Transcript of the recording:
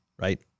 right